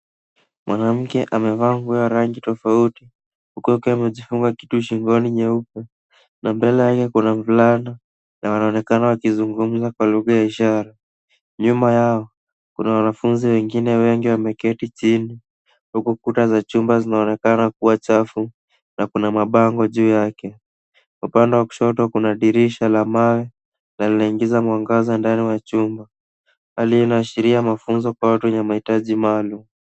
Mwanamke amevaa nguo ya rangi tofauti, huku akiwa amejifunga kitu shingoni cheupe. Na mbele yake kuna mwanafunzi na wanaonekana wakizungumza kwa lugha ya ishara. Nyuma yao kuna wanafunzi wengine wengi wamekaa chini, huku kuta za chumba zinaonekana kuwa chafu na kuna mabango juu yake. Upande wa kushoto kuna dirisha la mawe na linaingiza mwanga ndani ya chumba. Hali inaashiria mafunzo kwa watu wenye mahitaji maalum.